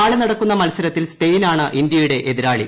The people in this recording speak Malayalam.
നാളെ നടക്കുന്ന മത്സരത്തിൽ സ്പെയിനാണ് ഇന്ത്യയുടെ എതിരാളി